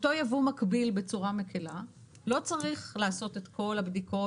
אותו יבוא מקביל בצורה קלה לא צריך לעשות את כל הבדיקות